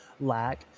lack